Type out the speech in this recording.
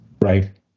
Right